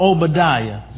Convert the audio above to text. Obadiah